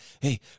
hey